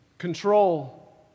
Control